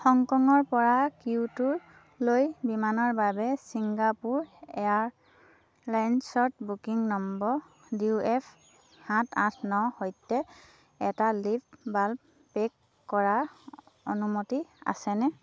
হংকংৰপৰা কিয়োটোলৈ বিমানৰ বাবে ছিংগাপুৰ এয়াৰলাইন্সত booking number D E F সাত আঠ নৰ সৈতে এটা লিপ বালম পেক কৰাৰ অনুমতি আছেনে